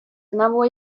tänavu